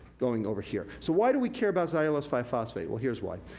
going over here. so why do we care about xylulose five phosphate? well, here's why.